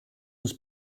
was